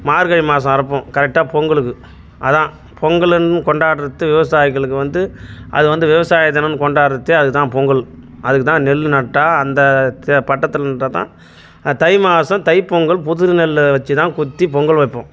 மார்கழி மாதம் அறுப்போம் கரெக்டாக பொங்கலுக்கு அதுதான் பொங்கலுன்னு கொண்டாடுறது விவசாயிகளுக்கு வந்து அது வந்து விவசாய தினம்னு கொண்டாடுறதே அதுதான் பொங்கல் அதுக்குதான் நெல் நட்டால் அந்த தெ பட்டத்தில் நட்டால்தான் தை மாதம் தைப்பொங்கல் புது நெல் வச்சுதான் குத்தி பொங்கல் வைப்போம்